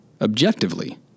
objectively